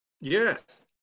yes